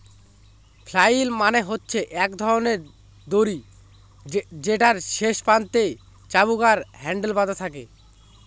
flail মানে হচ্ছে এক ধরনের দড়ি যেটার শেষ প্রান্তে চাবুক আর হ্যান্ডেল বাধা থাকে